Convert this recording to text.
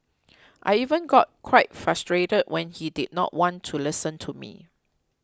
I even got quite frustrated when he did not want to listen to me